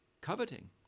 coveting